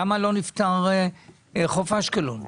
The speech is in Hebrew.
למה לא נפתר חוף אשקלון?